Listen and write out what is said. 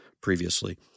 previously